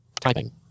Typing